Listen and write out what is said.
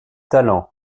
talent